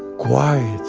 quiet,